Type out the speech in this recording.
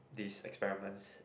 these experiments